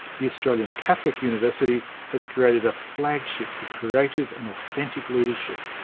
the australian catholic university has created a flagship for creative and authentic leadership,